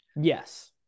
Yes